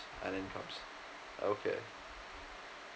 and incomes okay